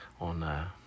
on